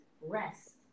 rest